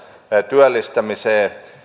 työllistämiseen